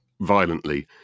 violently